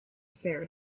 fair